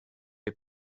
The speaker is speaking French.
les